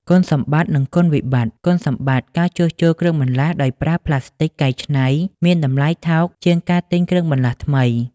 គុណសម្បត្តិ និងគុណវិបត្ត គុណសម្បត្តិការជួសជុលគ្រឿងបន្លាស់ដោយប្រើផ្លាស្ទិកកែច្នៃមានតម្លៃថោកជាងការទិញគ្រឿងបន្លាស់ថ្មី។